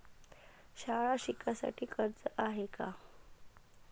शाळा शिकासाठी कर्ज हाय का?